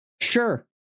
Sure